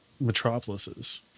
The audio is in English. metropolises